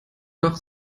doch